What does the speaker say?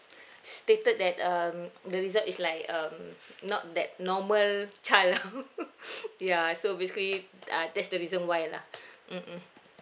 stated that um the result is like um not that normal child lah ya so basically uh that's the reason why lah mm hmm